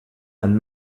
and